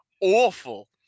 awful